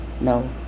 no